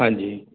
ਹਾਂਜੀ